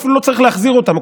הוא אפילו לא צריך להחזיר אותם,